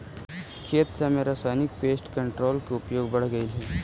खेत सब में रासायनिक पेस्ट कंट्रोल के उपयोग बढ़ गेलई हे